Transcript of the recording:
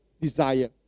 desire